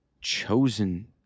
chosen